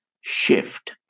shift